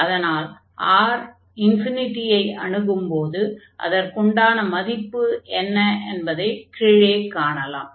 அதனால் R ஐ அணுகும் போது அதற்குண்டான மதிப்பு என்ன என்பதை கீழே காணலாம்